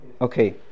Okay